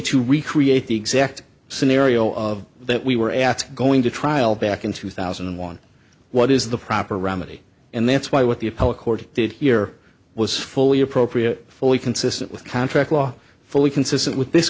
to recreate the exact scenario of that we were at going to trial back in two thousand and one what is the proper remedy and that's why what the appellate court did here was fully appropriate fully consistent with contract law fully consistent with th